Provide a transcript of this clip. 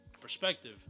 perspective